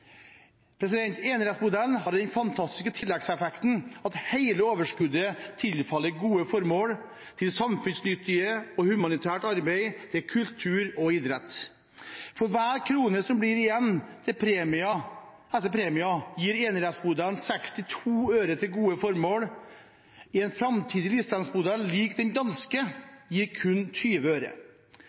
Enerettsmodellen har den fantastiske tilleggseffekten at hele overskuddet tilfaller gode formål til samfunnsnyttig og humanitært arbeid, til kultur og idrett. For hver krone som blir igjen etter premier, gir enerettsmodellen 62 øre til gode formål. En framtidig lisensmodell lik den danske gir kun 20 øre.